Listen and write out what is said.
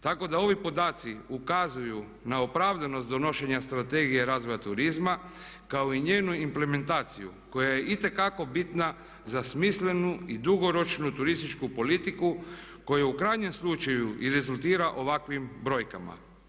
Tako da ovi podaci ukazuju na opravdanost donošenja Strategije razvoja turizma kao i njenu implementaciju koja je itekako bitna za smislenu i dugoročnu političku politiku koja u krajnjem slučaju i rezultira ovakvim brojkama.